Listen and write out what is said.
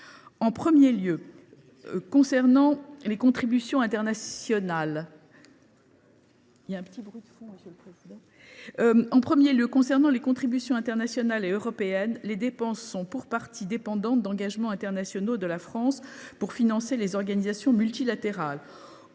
En premier lieu, concernant les contributions internationales et européennes, ces dépenses sont pour partie dépendantes d’engagements internationaux de la France pour financer des organisations multilatérales.